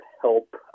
help